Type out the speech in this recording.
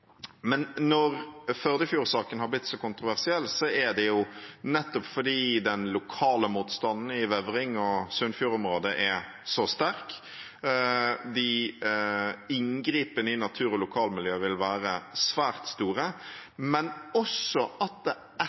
men når Førdefjord-saken har blitt så kontroversiell, er det nettopp fordi den lokale motstanden i Vevring- og Sunnfjord-området er så sterk, og at inngrepene i natur og lokalmiljø vil være svært store. Etter at prosjektet ble satt i gang, og tillatelser var gitt, har det